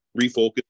refocus